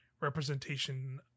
representation